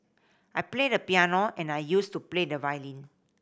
I play the piano and I used to play the violin